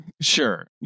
Sure